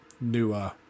newer